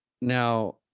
Now